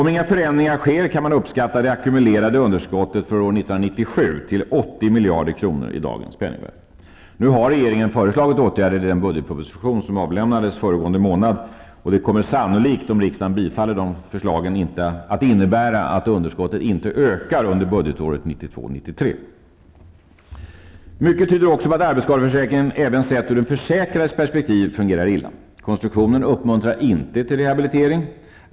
Om inga förändringar sker, kan man uppskatta det ackumulerade underskottet för 1997 till 80 miljarder kronor i dagens penningvärde. Regeringen har nu föreslagit åtgärder i den budgetproposition som avlämnades föregående månad. Om riksdagen bifaller dessa förslag, kommer underskottet sannolikt att inte öka under budgetåret 1992/93. Mycket tyder också på att arbetsskadeförsäkringen även sett ur den försäkrades perspektiv fungerar illa. Konstruktionen uppmuntrar inte till rehabilitering.